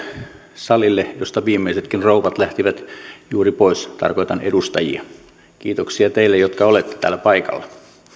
salille josta viimeisetkin rouvat lähtivät juuri pois tarkoitan edustajia kiitoksia teille jotka olette täällä paikalla